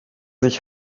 sich